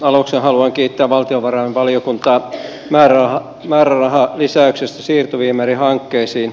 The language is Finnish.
aluksi haluan kiittää valtiovarainvaliokuntaa määrärahalisäyksestä siirtoviemärihankkeisiin